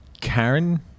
Karen